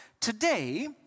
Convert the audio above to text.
today